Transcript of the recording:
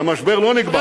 והמשבר לא נגמר.